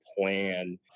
plan